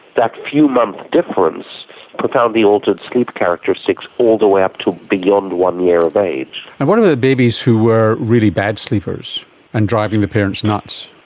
that few months difference profoundly altered sleep characteristics all the way up to beyond one year of age. and what about the babies who were really bad sleepers and driving the parents nuts?